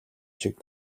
шиг